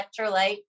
electrolyte